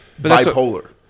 bipolar